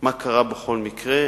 מה קרה בכל מקרה,